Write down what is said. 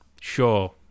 Sure